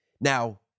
Now